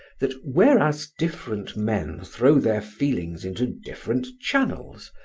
that whereas different men throw their feelings into different channels,